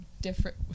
different